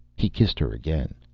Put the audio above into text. he kissed her again.